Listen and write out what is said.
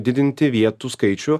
didinti vietų skaičių